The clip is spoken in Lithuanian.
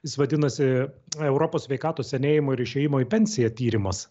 jis vadinasi europos sveikatos senėjimo ir išėjimo į pensiją tyrimas